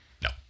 no